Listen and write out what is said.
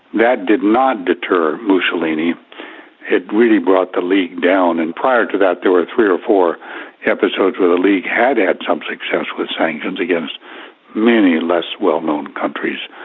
that did not deter mussolini it really brought the league down. and prior to that there were three or four episodes where the league had had some success with sanctions against many less well-known countries,